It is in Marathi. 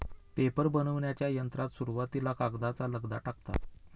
पेपर बनविण्याच्या यंत्रात सुरुवातीला कागदाचा लगदा टाकतात